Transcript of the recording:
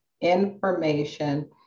information